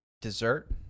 Dessert